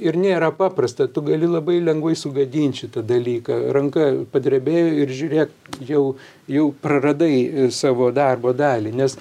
ir nėra paprasta tu gali labai lengvai sugadint šitą dalyką ranka padrebėjo ir žiūrė jau jau praradai savo darbo dalį nes